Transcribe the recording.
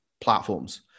platforms